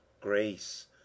grace